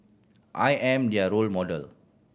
I am their role model